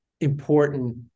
important